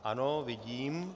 Ano, vidím.